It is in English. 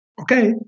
okay